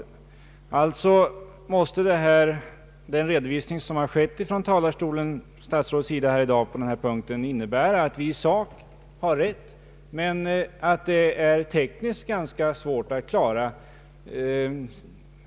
Alltså måste den redovisning som statsrådet i dag har gett från talarstolen på denna punkt innebära att han menar att vi i sak har rätt men att det tekniskt är svårt att klara.